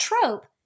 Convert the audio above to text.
trope